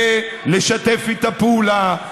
ולשתף איתה פעולה,